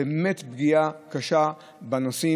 זה באמת פגיעה קשה בנוסעים.